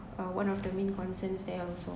uh one of the main concerns there also